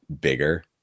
bigger